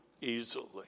easily